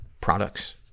products